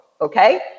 Okay